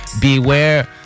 Beware